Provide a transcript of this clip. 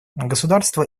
государство